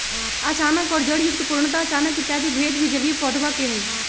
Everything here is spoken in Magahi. अचानक और जड़युक्त, पूर्णतः अचानक इत्यादि भेद भी जलीय पौधवा के हई